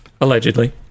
Allegedly